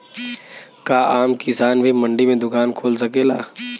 का आम किसान भी मंडी में दुकान खोल सकेला?